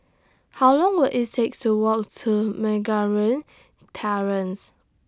How Long Will IT Take to Walk to Terrace